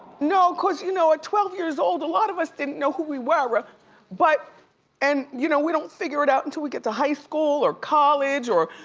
no, cause you know, at twelve years old, a lot of us didn't know who we were, but and you know we don't figure it out until we get to high school or college or,